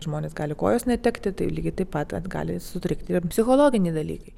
žmonės gali kojos netekti tai lygiai taip pat gali sutrikti ir psichologiniai dalykai